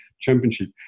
championship